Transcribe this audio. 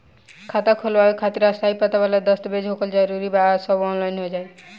खाता खोलवावे खातिर स्थायी पता वाला दस्तावेज़ होखल जरूरी बा आ सब ऑनलाइन हो जाई?